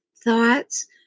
thoughts